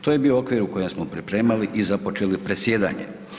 To je bio okvir u kojem smo pripremali i započeli predsjedanje.